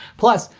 plus,